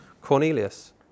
Cornelius